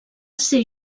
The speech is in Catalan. ser